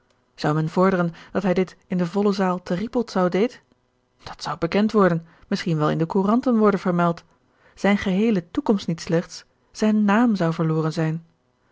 men vorderen dat hij dit in de volle zaal te rippoldsau deed dat zou bekend worden misschien wel in de couranten worden vermeld zijn geheele toekomst niet slechts zijn naam zou verloren zijn